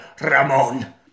Ramon